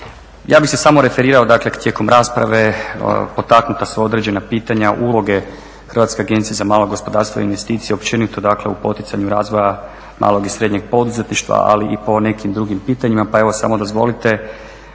Ja bih se samo referirao dakle tijekom rasprave potaknuta su određena pitanja, uloge Hrvatske agencije za malo gospodarstvo i investicije općenito dakle u poticanju razvoja malog i srednjeg poduzetništva ali i po nekim drugim pitanjima. Pa evo samo dozvolite